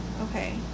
Okay